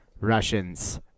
Russians